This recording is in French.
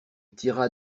tira